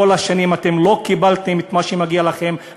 כל השנים אתם לא קיבלתם מה שמגיע לכם,